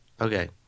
Okay